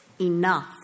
enough